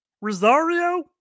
Rosario